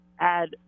add